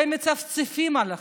והם מצפצפים עליכם.